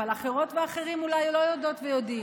אבל האחרות והאחרים אולי לא יודעות ויודעים.